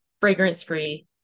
fragrance-free